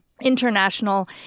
international